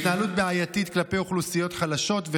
התנהלות בעייתית כלפי אוכלוסיות חלשות,